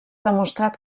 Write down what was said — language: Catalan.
demostrat